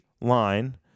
line